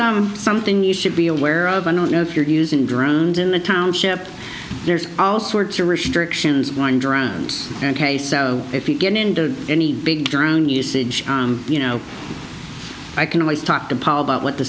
was something you should be aware of i don't know if you're using drones in the township there's all sorts of restrictions on drones ok so if you get into any big drone usage you know i can always talk to paul about what the